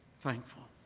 thankful